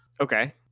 Okay